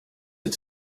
had